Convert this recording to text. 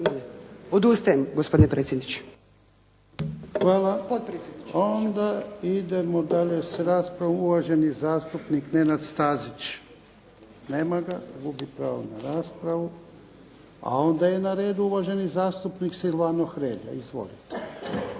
**Jarnjak, Ivan (HDZ)** Onda idemo dalje s raspravom. Uvaženi zastupnik Nenad Stazić. Nema ga. Gubi pravo na raspravu. A onda je na redu uvaženi zastupnik Silvano Hrelja. Izvolite.